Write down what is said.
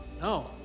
no